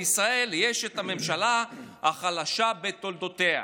יש לישראל הממשלה החלשה בתולדותיה".